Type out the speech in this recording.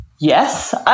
yes